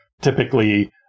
typically